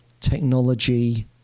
technology